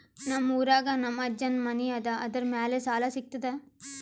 ನಮ್ ಊರಾಗ ನಮ್ ಅಜ್ಜನ್ ಮನಿ ಅದ, ಅದರ ಮ್ಯಾಲ ಸಾಲಾ ಸಿಗ್ತದ?